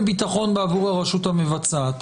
עבור הרשות המבצעת: